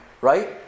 Right